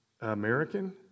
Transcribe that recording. American